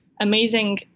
amazing